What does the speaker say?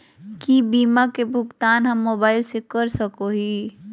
की बीमा के भुगतान हम मोबाइल से कर सको हियै?